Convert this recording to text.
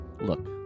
look